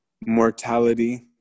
mortality